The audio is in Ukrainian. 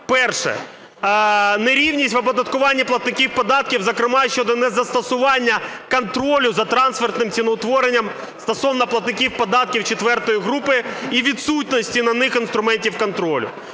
перше – нерівність в оподаткуванні платників податків, зокрема, щодо незастосування контролю за транспортним ціноутворенням стосовно платників податків IV групи і відсутності на них інструментів контролю.